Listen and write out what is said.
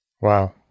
Wow